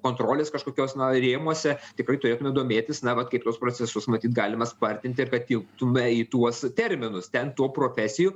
kontrolės kažkokios na rėmuose tikrai turėtume domėtis na vat kaip tuos procesus matyt galima spartinti ir kad tilptume į tuos terminus ten tų profesijų